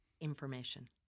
information